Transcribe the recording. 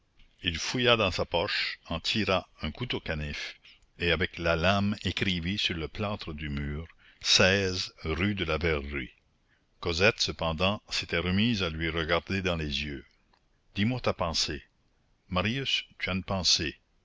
il fouilla dans sa poche en tira un couteau canif et avec la lame écrivit sur le plâtre du mur rue de la verrerie cosette cependant s'était remise à lui regarder dans les yeux dis-moi ta pensée marius tu as une pensée